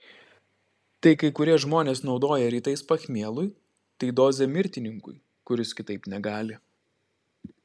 tai kai kurie žmonės naudoja rytais pachmielui tai dozė mirtininkui kuris kitaip negali